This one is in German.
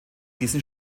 diesen